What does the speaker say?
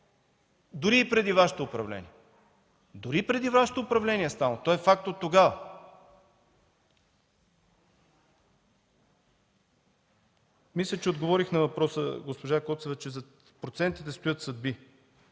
дори и преди Вашето управление. Дори и преди Вашето управление е станало! То е факт оттогава. Мисля, че отговорих на въпроса, госпожо Коцева, че зад процентите стоят съдби,